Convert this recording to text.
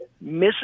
Mississippi